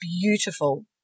beautiful